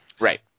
Right